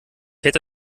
hätte